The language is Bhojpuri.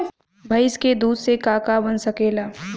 भइस के दूध से का का बन सकेला?